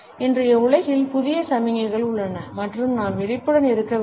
இன்றைய உலகில் புதிய சமிக்ஞைகள் உள்ளன மற்றும் நாம் விழிப்புடன் இருக்க வேண்டும்